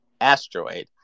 asteroid